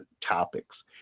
topics